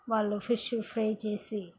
వాళ్ళు fish fry చేసి